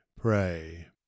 pray